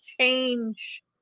change